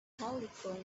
callicoon